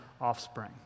offspring